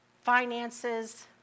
finances